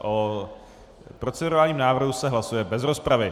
O procedurálním návrhu se hlasuje bez rozpravy.